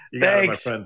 Thanks